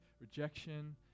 rejection